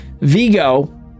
Vigo